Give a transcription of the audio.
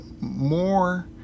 more